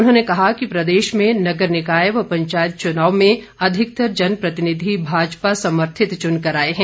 उन्होंने कहा कि प्रदेश में नगर निकाय व पंचायत चुनाव में अधिकतर जन प्रतिनिधि भाजपा समर्थित चुन कर आए हैं